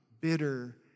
bitter